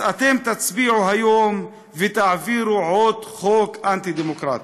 אז אתם תצביעו היום ותעבירו עוד חוק אנטי-דמוקרטי,